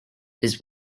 his